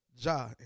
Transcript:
Ja